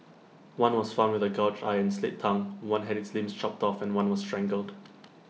one was found with A gouged eye and slit tongue one had its limbs chopped off and one was strangled